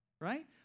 right